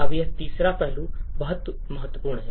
अब यह तीसरा पहलू बहुत महत्वपूर्ण है